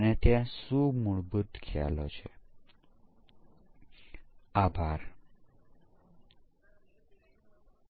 આપણે અહીં અટકીશું અને આગળના સત્રમાં અહીથી આગળ વાત ચાલુ રાખીશું